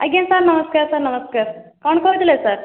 ଆଜ୍ଞା ସାର୍ ନମସ୍କାର ସାର୍ ନମସ୍କାର କ'ଣ କହୁଥିଲେ ସାର୍